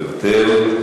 מוותר.